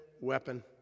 weapon